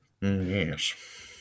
Yes